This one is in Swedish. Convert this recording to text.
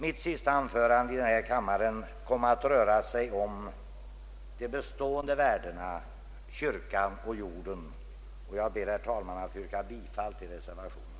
Mitt sista anförande i denna kammare kom att röra sig om de bestående värdena, kyrkan och jorden. Jag ber, herr talman, att få yrka bifall till reservationen.